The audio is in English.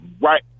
right